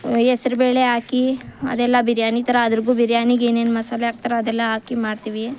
ಹೆಸ್ರುಬೇಳೆ ಹಾಕಿ ಅದೆಲ್ಲ ಬಿರಿಯಾನಿ ಥರ ಅದ್ರಾಗೂ ಬಿರಿಯಾನಿಗೆ ಏನೇನು ಮಸಾಲೆ ಹಾಕ್ತಾರೋ ಅದೆಲ್ಲ ಹಾಕಿ ಮಾಡ್ತೀವಿ